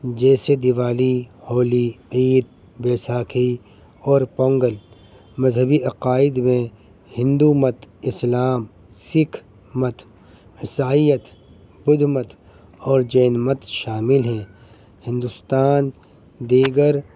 جیسے دیوالی ہولی عید بیساکھی اور پونگل مذہبی عقائد میں ہندو مت اسلام سکھ مت عیسائیت بدھ مت اور جین مت شامل ہیں ہندوستان دیگر